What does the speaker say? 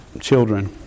children